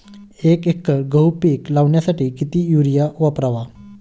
एक एकर गहू पीक लावण्यासाठी किती युरिया वापरावा?